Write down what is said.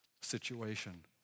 situation